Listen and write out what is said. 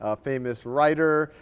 ah famous writer,